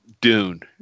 Dune